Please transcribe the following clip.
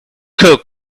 coke